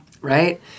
Right